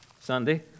Sunday